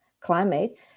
climate